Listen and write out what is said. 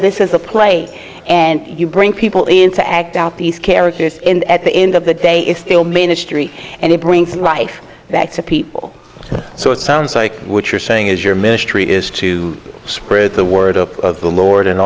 this is a play and you bring people into act out these characters and at the end of the day it's still ministry and it brings life back to people so it sounds like which you're saying is your ministry is to spread the word of the lord and